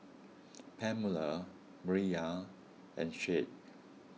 Pamela Mireya and Shade